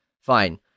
fine